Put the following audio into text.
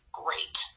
great